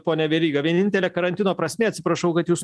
pone veryga vienintelė karantino prasmė atsiprašau kad jus